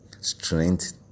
Strength